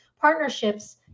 partnerships